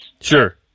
Sure